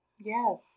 Yes